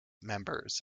members